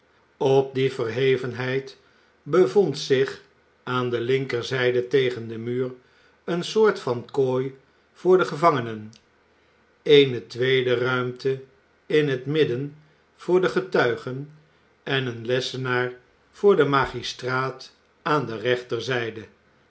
op die verhevenheid bevond zich aan de linkerzijde tegen den muur eene soort van kooi voor de gevangenen eene tweede ruimte in het midden voor de getuigen en een lessenaar voor de magistraat aan de rechterzijde